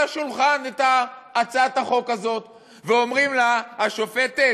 השולחן את הצעת החוק הזו ואומרים לה: השופטת,